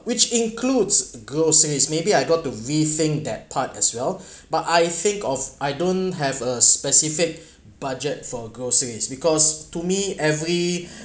which includes groceries maybe I got to rethink that part as well but I think of I don't have a specific budget for groceries because to me every